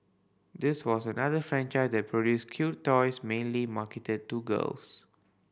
this was another franchise that produced cute toys mainly marketed to girls